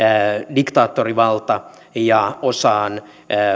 diktaattorivalta ja osaan